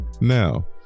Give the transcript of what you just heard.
now